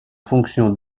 fonction